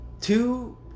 two